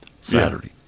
saturday